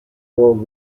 world